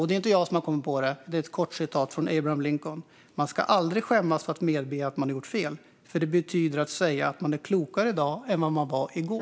Och det är inte jag som har kommit på det. Det är Abraham Lincoln som har sagt det: Man ska aldrig skämmas för att medge att man har gjort fel, för det betyder att säga att man är klokare i dag än man var i går.